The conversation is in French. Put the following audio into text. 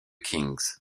kings